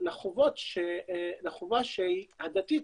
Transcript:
לחובה הדתית,